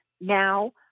now